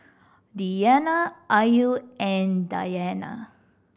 Diyana Ayu and Dayana